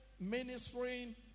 ministering